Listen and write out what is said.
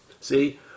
See